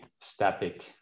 static